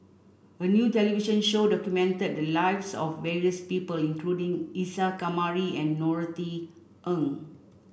a new television show documented the lives of various people including Isa Kamari and Norothy Ng